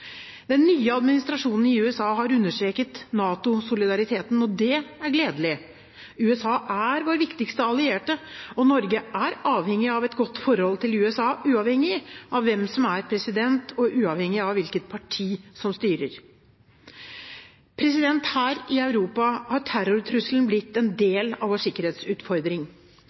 Den nye administrasjonen i USA har understreket NATO-solidariteten, og det er gledelig. USA er vår viktigste allierte, og Norge er avhengig av et godt forhold til USA, uavhengig av hvem som er president, og uavhengig av hvilket parti som styrer. Her i Europa har terrortrusselen blitt en del av vår sikkerhetsutfordring.